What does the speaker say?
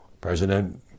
President